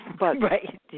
Right